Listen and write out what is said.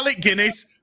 Guinness